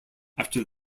after